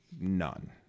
none